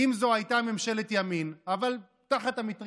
אבל זה לא יכול להיות.